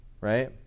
Right